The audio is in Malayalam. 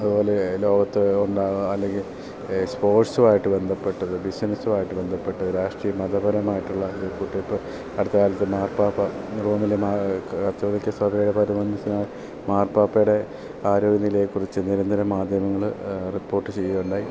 അതുപോലെ ലോകത്ത് ഉണ്ടാവാൻ അല്ലെങ്കിൽ സ്പോർട്സുവായിട്ട് ബന്ധപ്പെട്ടത് ബിസിനസ്സുവായിട്ട് ബെന്ധപ്പെട്ടത് രാഷ്ട്രീയ മതപരമായിട്ടുള്ള ഇപ്പം അടുത്ത കാലത്ത് മാർപ്പാപ്പ റോമിലെ മാ കത്തോലിക്ക സഭയെ പരമോന്ന സ്ഥാനം മാർപ്പാപ്പയുടെ ആരോഗ്യ നിലയെ കുറിച്ച് നിരന്തരം മാധ്യമങ്ങൾ റിപ്പോർട്ട് ചെയ്യുകയുണ്ടായി